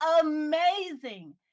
amazing